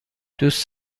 دوست